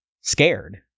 scared